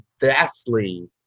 vastly